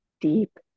deep